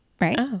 right